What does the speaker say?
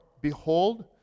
behold